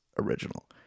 original